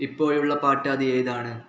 ഇപ്പോഴുള്ള പാട്ട് അത് ഏതാണ്